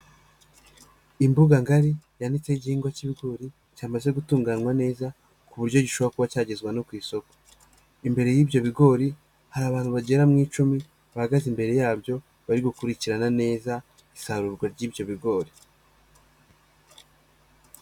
Imbuga ngari, yanitseho igihingwa k'ibigori, cyamaze gutunganywa neza, ku buryo gishobora kuba cyagezwa no ku isoko. Imbere y'ibyo bigori, hari abantu bagera mu icumi bahagaze imbere yabyo, bari gukurikirana neza, isarurwa ry'ibyo bigori.